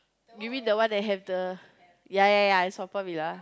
you mean the one that have the ya ya is Haw-Par-Villa